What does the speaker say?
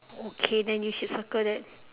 okay then you should circle that